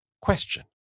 question